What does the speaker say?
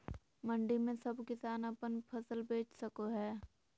मंडी में सब किसान अपन फसल बेच सको है?